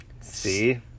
See